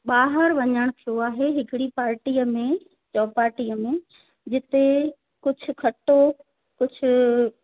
ॿाहिरि वञणु थियो आहे हिकिड़ी पार्टीअ में त पार्टीअ में जिते कुझु खटो कुझु